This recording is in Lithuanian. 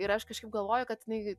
ir aš kažkaip galvoju kad jinai